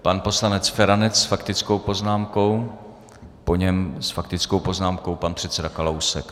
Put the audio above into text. Pan poslanec Feranec s faktickou poznámkou, po něm s faktickou poznámkou pan předseda Kalousek.